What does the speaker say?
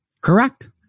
Correct